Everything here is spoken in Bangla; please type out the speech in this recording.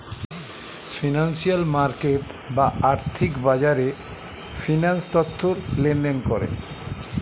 ফিনান্সিয়াল মার্কেট বা আর্থিক বাজারে ফিন্যান্স তথ্য লেনদেন করে